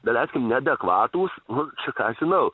daleiskim neadekvatūs nu čia ką žinau